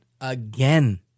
again